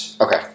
Okay